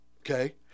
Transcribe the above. Okay